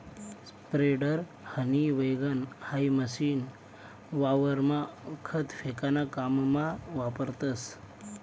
spreader, honey wagon hay machine वावरमा खत फेकाना काममा वापरतस